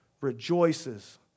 rejoices